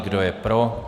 Kdo je pro?